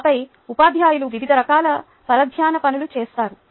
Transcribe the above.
ఆపై ఉపాధ్యాయులు వివిధ రకాల పరధ్యాన పనులు చేస్తారు